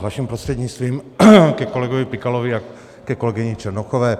Vaším prostřednictvím, ke kolegovi Pikalovi a ke kolegyni Černochové.